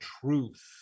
truth